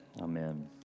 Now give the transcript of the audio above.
Amen